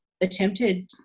attempted